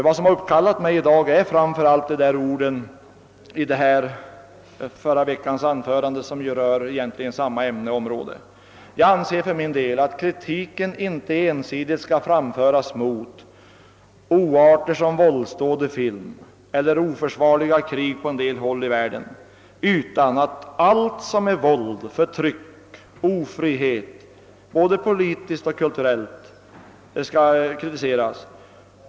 Vad som föranledde mig att begära ordet i dag var framför allt de delar av herr Hermanssons anförande förra onsdagen som egentligen rör samma ämne som det vi nu behandlar. Jag anser för min del att kritiken inte ensidigt skall riktas mot oarter som våldsdåd i film eller oförsvarliga krig på en del håll i världen utan att allt som innebär våld, förtryck och ofrihet — både politiskt och kulturellt — skall kritiseras.